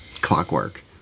clockwork